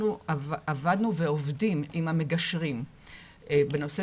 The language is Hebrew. אנחנו עבדנו ועובדים עם המגשרים בנושא